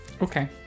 Okay